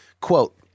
quote